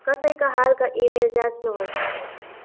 कसैका हालका इमेल जाँच्नुहोस्